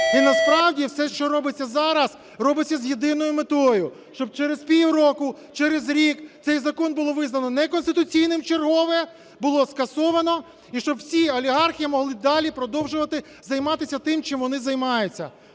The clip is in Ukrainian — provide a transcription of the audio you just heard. І насправді все, що робиться зараз, робиться з єдиною метою: щоб через пів року, через рік цей закон було визнано неконституційним вчергове, було скасовано і щоб всі олігархи могли далі продовжувати займатися тим, чим вони займаються.